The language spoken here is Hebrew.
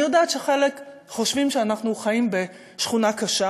אני יודעת שחלק חושבים שאנחנו חיים בשכונה קשה,